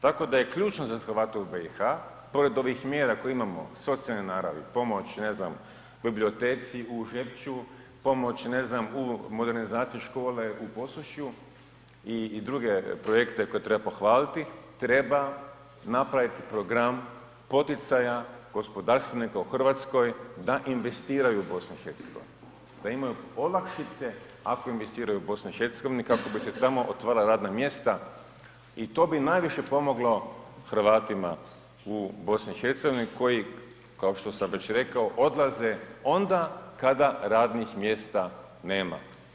Tako da je ključno za Hrvate u BiH pored ovih mjera koje imamo socijalne naravi, pomoć, ne znam, u biblioteci u Žepću, pomoć ne znam u modernizaciji škole u Posušju i druge projekte koje treba pohvaliti, treba napraviti program poticaja gospodarstvenika u RH da investiraju u BiH, da imaju olakšice ako investiraju u BiH kako bi se tamo otvarala radna mjesta i to bi najviše pomoglo Hrvatima u BiH koji kao što sam već rekao odlaze onda kada radnih mjesta nema.